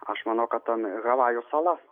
aš manau kad ten havajų sala